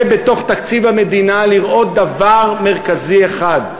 לראות בתוך תקציב המדינה דבר מרכזי אחד: